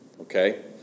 okay